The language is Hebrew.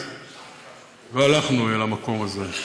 אז לא הלכנו אל המקום הזה.